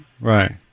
Right